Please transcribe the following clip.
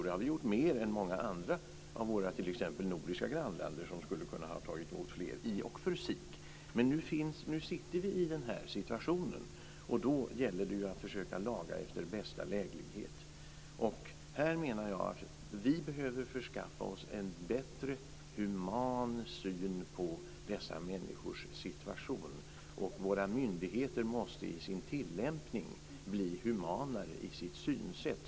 Det har vi gjort mer än t.ex. många av våra nordiska grannländer som i och för sig skulle ha kunnat ta emot fler. Men nu sitter vi i den här situationen, och då gäller det att försöka laga efter bästa läge. Jag menar att vi behöver förskaffa oss en bättre, mer human syn på dessa människors situation. Och våra myndigheter måste i sin tillämpning få ett humanare synsätt.